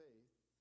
Faith